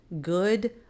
good